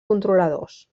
controladors